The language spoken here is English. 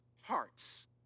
hearts